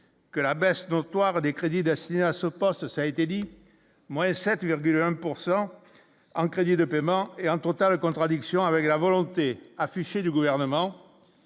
que la baisse notoire des crédits destinés à ce poste, ça a été dit, moins 7,1 pourcent en crédits de paiement est en totale contradiction avec la volonté affichée du gouvernement